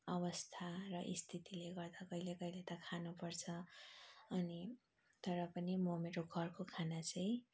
अवस्था र स्थितिले गर्दा कहिले कहिले त खानु पर्छ अनि तर पनि म मेरो घरको खाना चाहिँ